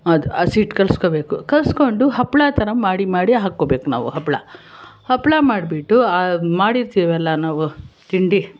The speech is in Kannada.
ಅದು ಹಸಿಟ್ ಕಲ್ಸ್ಕೊಬೇಕು ಕಲ್ಸ್ಕೊಂಡು ಹಪ್ಪಳ ಥರ ಮಾಡಿ ಮಾಡಿ ಹಾಕ್ಕೋಬೇಕು ನಾವು ಹಪ್ಪಳ ಹಪ್ಪಳ ಮಾಡಿಬಿಟ್ಟು ಮಾಡಿರ್ತೀವಲ್ಲ ನಾವು ತಿಂಡಿ